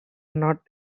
not